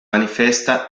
manifesta